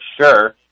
sure